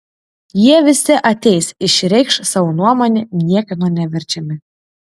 jie visi ateis išreikš savo nuomonę niekieno neverčiami